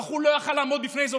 הבחור לא יכול היה לעמוד בפני זה,